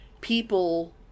people